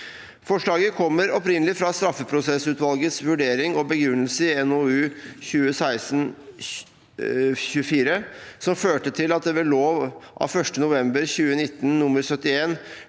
Forslaget kommer opprinnelig fra straffeprosessutvalgets vurdering og begrunnelse i NOU 2016: 24, som førte til at det ved lov av 1. november 2019 nr. 71